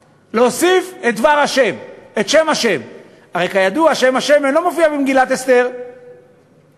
לא ראוי, לא ראוי אפילו שהיינו מקבלים החלטה כזו.